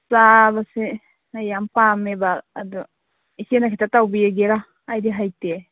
ꯆꯥꯕꯁꯦ ꯌꯥꯝ ꯄꯥꯝꯃꯦꯕ ꯑꯗꯣ ꯏꯆꯦꯅ ꯈꯤꯇꯥ ꯇꯧꯕꯤꯒꯦꯔꯣ ꯑꯩꯗꯤ ꯍꯩꯇꯦ